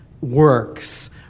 works